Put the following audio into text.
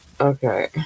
Okay